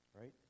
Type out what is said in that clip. Right